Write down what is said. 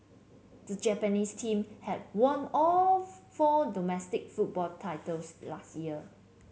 the Japanese team had won all four domestic football titles last year